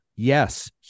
Yes